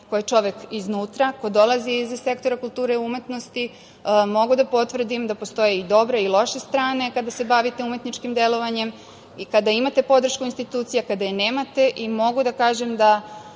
ko je čovek iznutra, ko dolazi iz sektora kulture umetnosti, mogu da potvrdim da postoje i dobre i loše strane kada se bavite umetničkim delovanjem i kada imate podršku institucija, kada je nemate. Mogu da kažem da